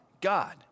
God